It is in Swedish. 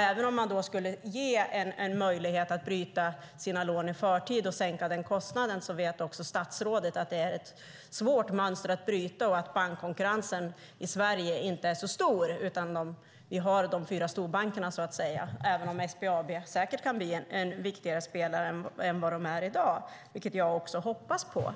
Även om man skulle ges en möjlighet att bryta sina lån i förtid och sänka den kostnaden vet också statsrådet att det är ett svårt mönster att bryta och att bankkonkurrensen i Sverige inte är så stor. Vi har de fyra storbankerna så att säga, även om SBAB säkert kan bli en viktigare spelare än de är i dag, vilket jag också hoppas på.